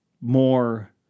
more